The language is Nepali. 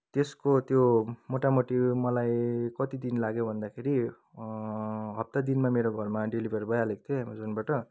त्यसको त्यो मोटामोटी मलाई कति दिन लाग्यो भन्दाखेरि हप्ता दिनमा मेरो घरमा डेलिभर भइहालेको थियो एमाजोनबाट